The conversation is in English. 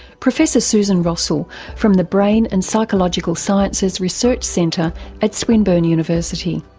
professor susan rossell from the brain and psychological sciences research centre at swinburne university.